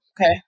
Okay